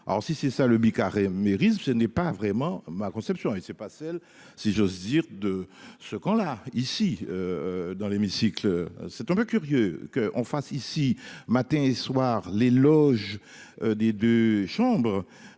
alors si c'est ça le mi-Carême risque ce n'est pas vraiment ma conception et c'est pas celle si j'ose dire de ce camp-là ici. Dans l'hémicycle. C'est un peu curieux qu'on fasse ici, matin et soir l'éloge des deux chambres.